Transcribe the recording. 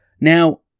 Now